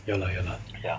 ya lah ya lah